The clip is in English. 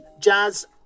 Jazz